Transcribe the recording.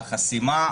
על חסימה,